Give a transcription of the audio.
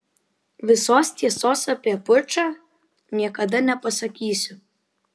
visos tiesos apie pučą niekada nepasakysiu